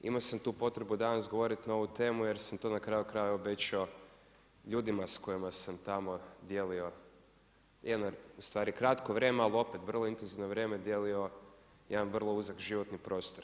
Imao sam tu potrebu danas govoriti na ovu temu, jer sam to na kraju krajeva obećao ljudima s kojima sam tamo dijelio jedno ustvari kratko vrijeme, ali opet vrlo intenzivno vrijeme, dio jedan vrlo uzak životni prostor.